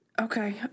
Okay